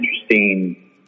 interesting